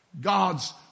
God's